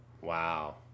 Wow